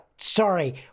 sorry